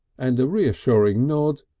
and a reassuring nod,